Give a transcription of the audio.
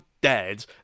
dead